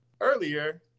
Earlier